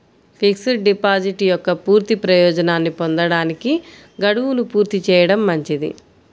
fixed deposit యొక్క పూర్తి ప్రయోజనాన్ని పొందడానికి, గడువును పూర్తి చేయడం మంచిది